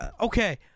Okay